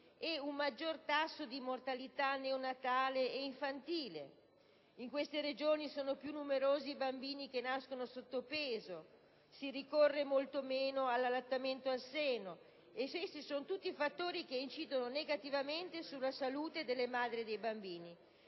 ed un maggiore tasso di mortalità neonatale ed infantile; in queste Regioni, poi, sono più numerosi i bambini che nascono sotto peso e si ricorre molto meno all'allattamento al seno. Sono tutti fattori che incidono negativamente sulla salute delle madri e dei bambini.